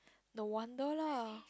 no wonder lah